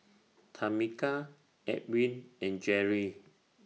Tameka Edwin and Jeri